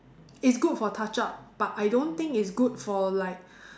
it's good for touch up but I don't think it's good for like